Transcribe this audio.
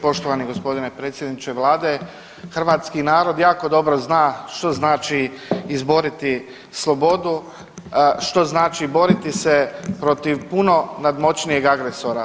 Poštovani g. predsjedniče vlade, hrvatski narod jako dobro zna što znači izboriti slobodu, što znači boriti se protiv puno nadmoćnijeg agresora.